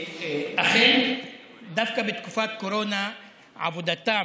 אכן, דווקא בתקופת הקורונה עבודתם